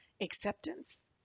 acceptance